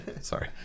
Sorry